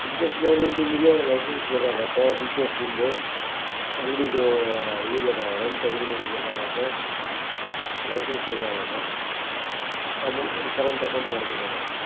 business ಲೋನಿಗೆ ನಿಮಗೆ licence ಬೇಕಾಗತ್ತೆ ಬಿಸ್ನೆಸ್ಸಿಂದು ಅಂಗಡಿದು ಇದು ಬೇಕಾಗತ್ತೆ ರೆಂಟ್ ಅಗ್ರಿಮೆಂಟ್ ಬೇಕಾಗತ್ತೆ ಲೈಸೆನ್ಸ್ ಬೇಕಾಗತ್ತೆ ಮತ್ತು ಒಂದು ಕರೆಂಟ್ ಅಕೌಂಟ್ ಮಾಡಬೇಕಾಗತ್ತೆ